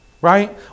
right